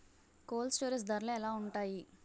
Cold storage ధరలు ఎలా ఉంటాయి?